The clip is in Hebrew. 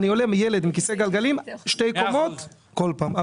אני עולה עם ילד עם כיסא גלגלים שתי קומות כל פעם.